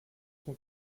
son